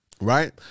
Right